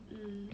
um